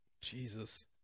Jesus